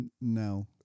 No